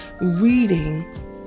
reading